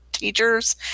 teachers